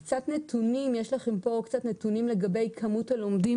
יש לכם פה קצת נתונים לגבי כמות הלומדים